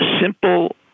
simple